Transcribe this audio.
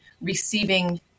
receiving